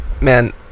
man